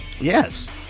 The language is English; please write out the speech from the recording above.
Yes